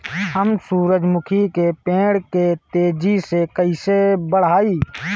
हम सुरुजमुखी के पेड़ के तेजी से कईसे बढ़ाई?